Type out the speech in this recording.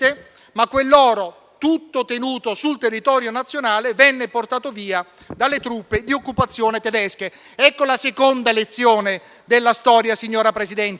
ma quell'oro, tutto tenuto sul territorio nazionale, venne portato via dalle truppe di occupazione tedesche. Ecco la seconda lezione della storia, signor Presidente: